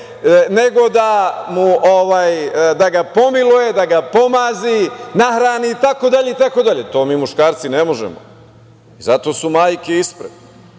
nego da ga pomiluje, da ga pomazi, nahrani, itd, itd. To mi muškarci ne možemo. Zato su majke ispred.